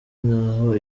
nk’aho